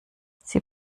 sie